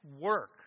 work